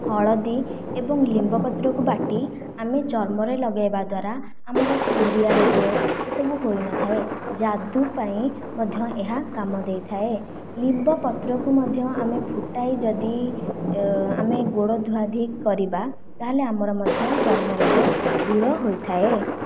ହଳଦୀ ଏବଂ ନିମ୍ବ ପତ୍ରକୁ ବାଟି ଆମେ ଚର୍ମରେ ଲଗେଇବା ଦ୍ୱାରା ଆମର କୁଣ୍ଡିଆ ରୋଗ ଏସବୁ ହୋଇନଥାଏ ଯାଦୁ ପାଇଁ ମଧ୍ୟ ଏହା କାମ ଦେଇଥାଏ ନିମ୍ବ ପତ୍ରକୁ ମଧ୍ୟ ଆମେ ଫୁଟାଇ ଯଦି ଆମେ ଗୋଡ଼ ଧୁଆଧୋଇ କରିବା ତାହେଲେ ଆମର ମଧ୍ୟ ଚର୍ମ ରୋଗ ଦୂର ହୋଇଥାଏ